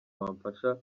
bamfasha